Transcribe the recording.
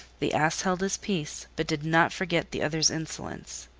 the ass held his peace, but did not forget the other's insolence.